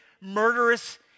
murderous